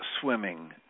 swimming